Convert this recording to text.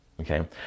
Okay